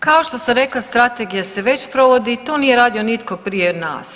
Kao što sam rekla strategija se već provodi i to nije radio nitko prije nas.